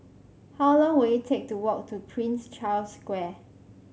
how long will it take to walk to Prince Charles Square